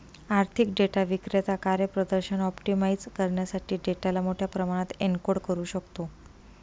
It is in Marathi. आर्थिक डेटा विक्रेता कार्यप्रदर्शन ऑप्टिमाइझ करण्यासाठी डेटाला मोठ्या प्रमाणात एन्कोड करू शकतो